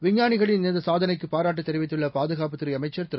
விஞ்ஞானிகளின்இந்தசாத னைக்குபாராட்டுதெரிவித்துள்ள்பாதுகாப்புத்துறை அமைச்சர் திரு